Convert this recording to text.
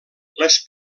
les